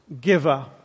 giver